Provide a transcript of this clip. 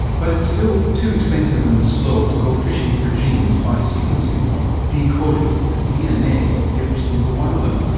but it's still too expensive and slow to go fishing for genes by sequencing or decoding the dna of every single one of them.